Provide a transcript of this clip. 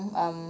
um